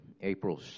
April